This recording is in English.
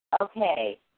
Okay